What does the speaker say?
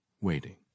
waiting